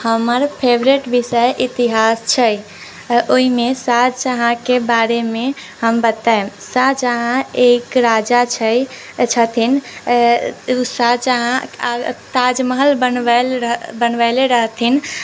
हमर फेवरिट विषय इतिहास छै ओहिमे शाहजहाँके बारेमे हम बतायब शाहजहाँ एक राजा छै छथिन शाहजहाँ आ ताजमहल बनवैले रहथिन